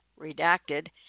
redacted